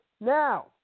Now